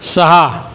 सहा